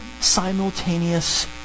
simultaneous